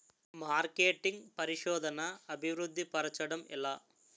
marketing పరిశోధనదా అభివృద్ధి పరచడం ఎలా